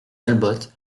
talbot